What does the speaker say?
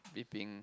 it being